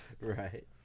right